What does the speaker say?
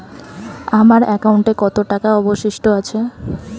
আমার একাউন্টে কত টাকা অবশিষ্ট আছে?